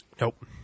nope